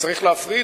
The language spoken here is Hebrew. וצריך להפריד,